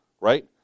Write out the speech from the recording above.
right